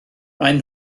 maen